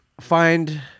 find